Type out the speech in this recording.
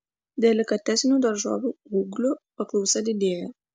delikatesinių daržovių ūglių paklausa didėja